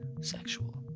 sexual